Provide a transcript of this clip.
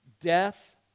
death